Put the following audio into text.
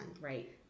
Right